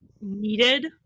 needed